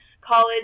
college